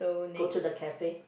go to the cafe